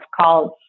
called